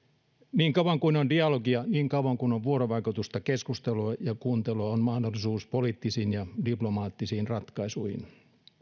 niin kauan kuin on dialogia niin kauan kuin on vuorovaikutusta keskustelua ja kuuntelua on mahdollisuus poliittisiin ja diplomaattisiin ratkaisuihin